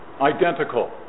identical